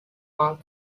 monk